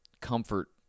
comfort